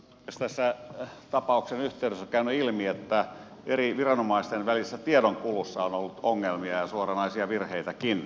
tässä tapauksen yhteydessä on käynyt ilmi että eri viranomaisten välisessä tiedonkulussa on ollut ongelmia ja suoranaisia virheitäkin